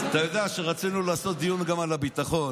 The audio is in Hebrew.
אתה יודע שרצינו לעשות דיון גם על הביטחון.